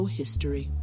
history